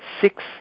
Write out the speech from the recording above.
six